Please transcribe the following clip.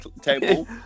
table